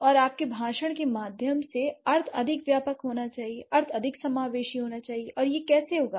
और आपके भाषण के माध्यम से अर्थ अधिक व्यापक होना चाहिए अर्थ अधिक समावेशी होना चाहिए और यह कैसे होगा